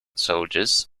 soldiers